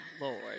Lord